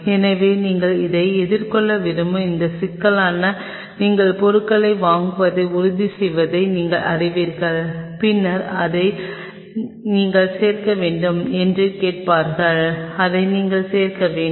எனவே நீங்கள் இதை எதிர்கொள்ள விரும்பும் இந்த சிக்கலானது நீங்கள் பொருட்களை வாங்குவதை உறுதிசெய்வதை நீங்கள் அறிவீர்கள் பின்னர் அவர்கள் இதை நீங்கள் சேர்க்க வேண்டும் என்று கேட்பார்கள் இதை நீங்கள் சேர்க்க வேண்டும்